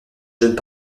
jeunes